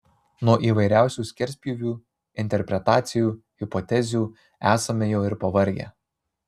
nuo įvairiausių skerspjūvių interpretacijų hipotezių esame jau ir pavargę